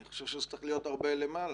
אני חושב שזה צריך להיות הרבה יותר.